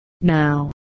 Now